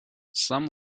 some